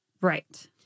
Right